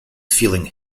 feeling